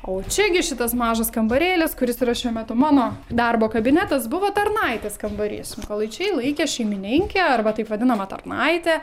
o čia gi šitas mažas kambarėlis kuris yra šiuo metu mano darbo kabinetas buvo tarnaitės kambarys mykolaičiai laikė šeimininkę arba taip vadinamą tarnaitę